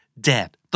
Dead